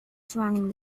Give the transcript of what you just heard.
surrounding